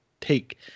take